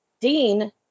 Dean